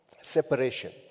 separation